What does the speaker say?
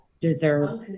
deserve